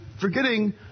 forgetting